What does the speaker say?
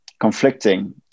conflicting